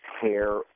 hair